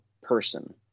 person